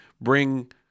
bring